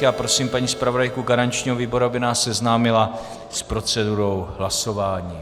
Já prosím paní zpravodajku garančního výboru, aby nás seznámila s procedurou hlasování.